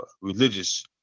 religious